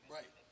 Right